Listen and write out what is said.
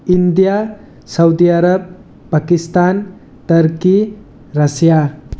India Saudi Arab Pakistan Turkey Russia